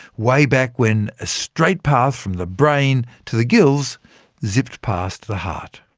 way back when a straight path from the brain to the gills zipped past the heart.